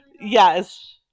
yes